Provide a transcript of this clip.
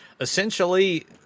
Essentially